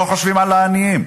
לא חושבים על העניים.